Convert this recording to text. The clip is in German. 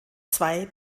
zwei